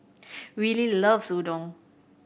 Willie loves Udon